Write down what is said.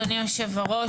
אדוני יושב הראש,